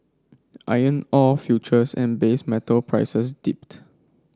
iron ore futures and base metal prices dipped